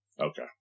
Okay